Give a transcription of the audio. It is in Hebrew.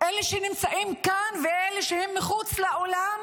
את אלה שנמצאים כאן ואלה שמחוץ לאולם,